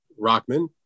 Rockman